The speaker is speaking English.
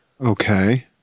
Okay